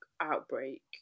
outbreak